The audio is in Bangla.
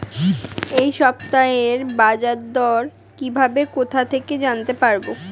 এই সপ্তাহের বাজারদর কিভাবে কোথা থেকে জানতে পারবো?